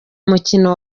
mukino